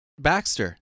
Baxter